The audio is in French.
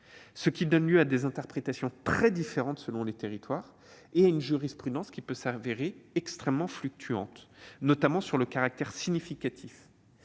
donnent lieu à des interprétations très différentes selon les territoires et à une jurisprudence qui peut se révéler extrêmement fluctuante, notamment quant au caractère significatif